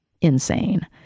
insane